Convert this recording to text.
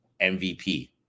MVP